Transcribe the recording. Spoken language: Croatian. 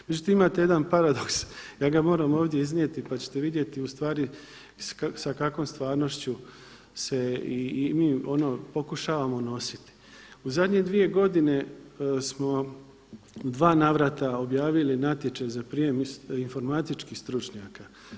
Međutim imate jedan paradoks, ja ga moram ovdje iznijeti pa ćete vidjeti ustvari sa kakvom stvarnošću se i mi ono pokušavamo nositi. u zadnje dvije godine smo u dva navrata objavili natječaj za prijam informatičkih stručnjaka.